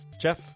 Jeff